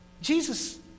Jesus